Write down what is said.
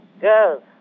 girls